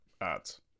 ads